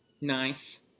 Nice